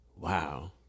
Wow